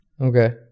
Okay